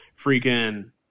Freaking